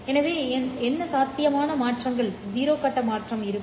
எனவே என்ன சாத்தியமான மாற்றங்கள் 0 கட்ட மாற்றம் இருக்கும்